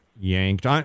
yanked